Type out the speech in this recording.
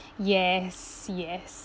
yes yes